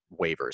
waivers